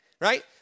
right